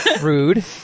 Rude